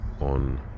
on